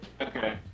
Okay